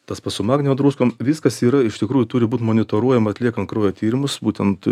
tas pats su magnio druskom viskas yra iš tikrųjų turi būt monitoruojama atliekant kraujo tyrimus būtent